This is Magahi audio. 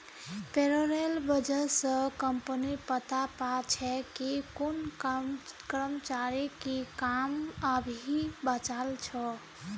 पेरोलेर वजह स कम्पनी पता पा छे कि कुन कर्मचारीर की काम अभी बचाल छ